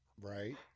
Right